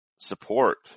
support